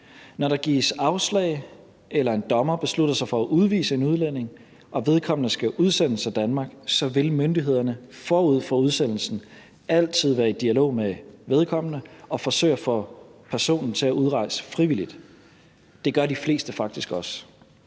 Når der gives afslag eller en dommer beslutter sig for at udvise en udlænding og vedkommende skal udsendes af Danmark, så vil myndighederne forud for udsendelsen altid være i dialog med vedkommende og forsøge at få personen til at udrejse frivilligt, og det gør de fleste faktisk også.